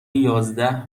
یازده